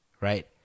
Right